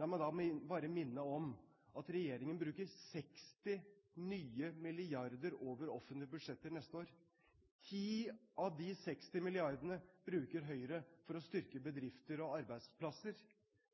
la meg da bare minne om at regjeringen bruker nye 60 mrd. kr over offentlige budsjetter neste år. 10 av de 60 mrd. kr bruker Høyre for å styrke bedrifter og arbeidsplasser.